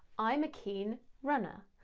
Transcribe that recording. i'm a keen runner.